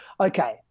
okay